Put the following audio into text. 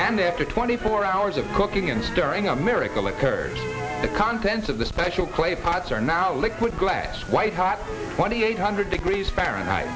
and after twenty four hours of cooking and during a miracle occurred the contents of the special clay pots are now liquid glass white hot twenty eight hundred degrees fahrenheit